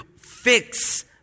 fix